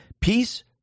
peace